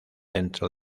dentro